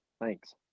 Thanks